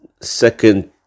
second